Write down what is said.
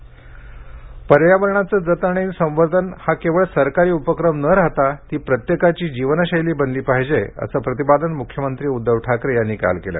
ठाकरे पर्यावरणाचं जतन आणि संवर्धन हा केवळ सरकारी उपक्रम न राहता ती प्रत्येकाची जीवनशैली बनली पाहीजे असं प्रतिपादन मुख्यमंत्री उद्धव ठाकरे यांनी काल केलं